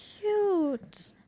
cute